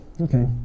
okay